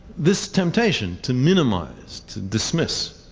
this temptation to minimize, to dismiss,